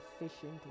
efficient